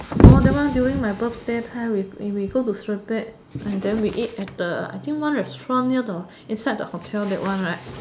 orh that one during my birthday time we we we go to and then we eat at the I think one restaurant near the inside the hotel that one right